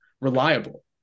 reliable